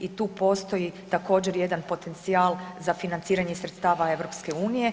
I tu postoji također jedan potencijal za financiranje sredstava EU.